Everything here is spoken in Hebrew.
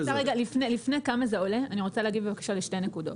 לפני כמה זה עולה אני רוצה להגיב לשתי נקודות.